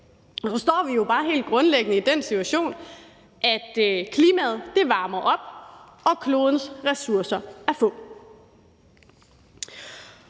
Nu står vi jo bare helt grundlæggende i den situation, at klimaet varmer op og klodens ressourcer er få.